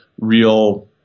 real